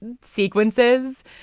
sequences